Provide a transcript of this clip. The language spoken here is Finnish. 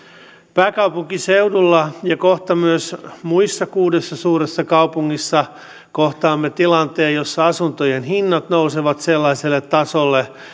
pääkaupunkiseudulla ja kohta myös muissa kuudessa suuressa kaupungissa kohtaamme tilanteen jossa asuntojen hinnat nousevat sellaiselle tasolle